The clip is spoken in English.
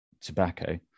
tobacco